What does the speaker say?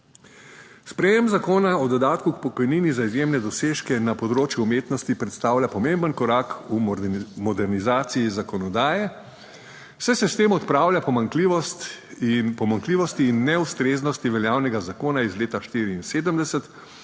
Sprejem zakona o dodatku k pokojnini za izjemne dosežke na področju umetnosti predstavlja pomemben korak v modernizaciji zakonodaje, saj se s tem odpravlja pomanjkljivost in pomanjkljivosti in neustreznosti veljavnega zakona iz leta 1974,